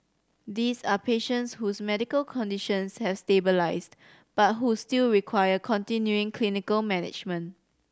these are patients whose medical conditions has stabilised but who still require continuing clinical management